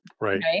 Right